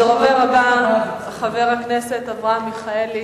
הדובר הבא, חבר הכנסת אברהם מיכאלי,